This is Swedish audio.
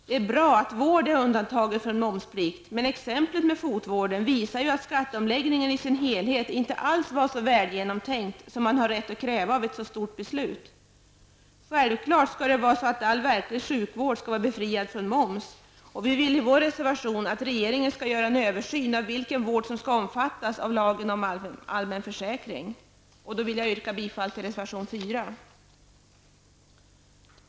Det är bra att vård är undantagen från momsplikt, men exemplet med fotvården visar att skatteomläggningen i sin helhet inte alls var så välgenomtänkt som man har rätt att kräva av en så genomgripande reform. Självklart skall all verklig sjukvård vara befriad från moms. I vår reservation föreslår vi att regeringen gör en översyn av vilken vård som skall omfattas av lagen om allmän försäkring. Med detta yrkar jag bifall till reservation 4.